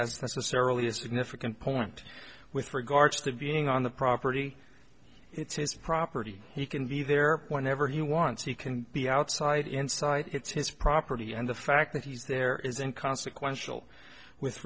that's necessarily a significant point with regards to being on the property it's his property he can be there whenever he wants he can be outside inside it's his property and the fact that he's there isn't consequential with